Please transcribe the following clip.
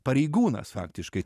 pareigūnas faktiškai